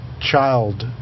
child